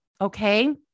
Okay